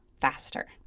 faster